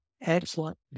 excellent